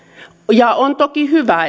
synny on toki hyvä